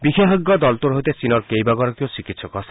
বিশেষজ্ঞ দলটোৰ সৈতে চীনৰ কেইবাগৰাকীও চিকিৎসকো আছে